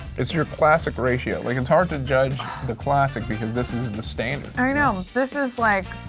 it's your classic ratio. like it's hard to judge the classic, because this is and the standard. i know, this is like,